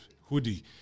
hoodie